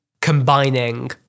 combining